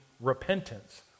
repentance